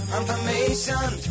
information